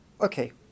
Okay